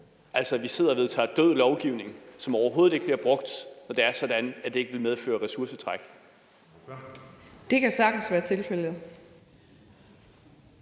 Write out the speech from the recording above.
altså at vi sidder og vedtager død lovgivning, som overhovedet ikke bliver brugt, når det er sådan, at det ikke vil medføre ressourcetræk. Kl. 13:31 Den fg.